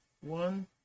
one